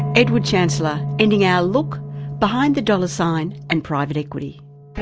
edward chancellor, ending our look behind the dollar sign and private equity.